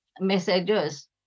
Messages